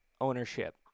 ownership